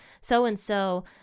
so-and-so